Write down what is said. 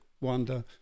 wonder